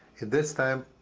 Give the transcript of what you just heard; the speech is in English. in this time,